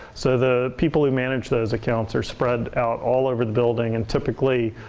so the people who manage those accounts are spread out all over the building and typically,